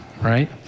Right